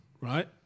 Right